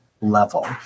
level